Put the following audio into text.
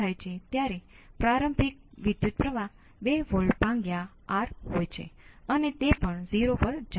તેથી તમે ખરેખર વિભેદક સમીકરણની વિગતોમાં ગયા વગર આ બાબતોનું વિશ્લેષણ કરી શકશો